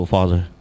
Father